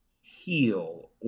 heal